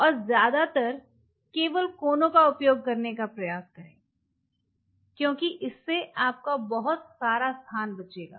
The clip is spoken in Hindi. और ज्यादातर केवल कोनों का उपयोग करने का प्रयास करें क्योंकि इससे आपका बहुत सारा स्थान बचेगा